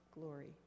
glory